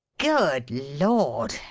good lord!